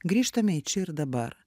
grįžtame į čia ir dabar